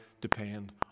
depend